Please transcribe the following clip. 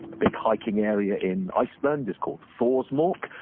a big hiking area in iceland is called thorsmork,